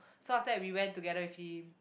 so after that we went together with him